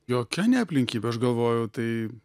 jokia ne aplinkybė aš galvoju tai